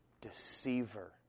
deceiver